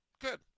Good